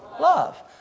love